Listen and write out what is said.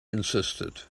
insisted